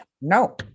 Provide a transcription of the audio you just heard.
no